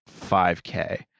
5k